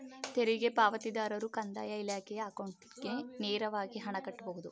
ತೆರಿಗೆ ಪಾವತಿದಾರರು ಕಂದಾಯ ಇಲಾಖೆಯ ಅಕೌಂಟ್ಗೆ ನೇರವಾಗಿ ಹಣ ಕಟ್ಟಬಹುದು